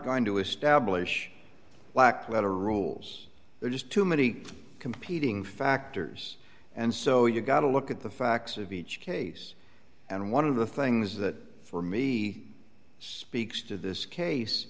going to establish lack that are rules there just too many competing factors and so you've got to look at the facts of each case and one of the things that for me speaks to this case